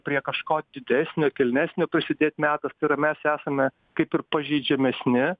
prie kažko didesnio kilnesnio prisidėt metas tai yra mes esame kaip ir pažeidžiamesni